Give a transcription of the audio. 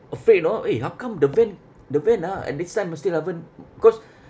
afraid you know eh how come the van the van ah and next time was eleven mm cause